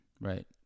Right